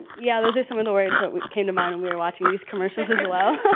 yeah, those are some of the words that came to mind when we were watching these commercials as well.